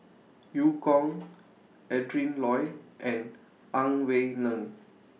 EU Kong Adrin Loi and Ang Wei Neng